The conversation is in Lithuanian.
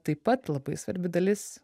taip pat labai svarbi dalis